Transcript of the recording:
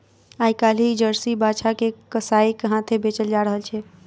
आइ काल्हि जर्सी बाछा के कसाइक हाथेँ बेचल जा रहल छै